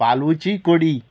पालुची कडी